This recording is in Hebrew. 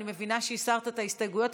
אני מבינה שהסרת את ההסתייגויות,